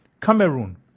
Cameroon